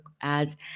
ads